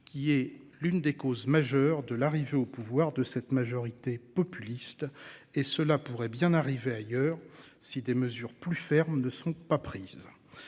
Qui est l'une des causes majeures de l'arrivée au pouvoir de cette majorité populiste et cela pourrait bien arriver ailleurs si des mesures plus fermes ne sont pas prises.